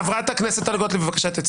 חבר הכנסת משה סעדה, לא שמת לב כי צעקת,